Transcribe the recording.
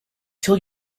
tell